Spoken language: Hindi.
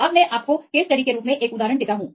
अब मैं आपको केस स्टडी के रूप में एक उदाहरण देता हूं